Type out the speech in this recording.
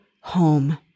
home